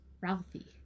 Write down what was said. Ralphie